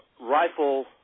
rifle